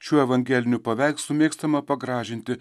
šiuo evangeliniu paveikslu mėgstama pagražinti